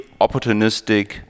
opportunistic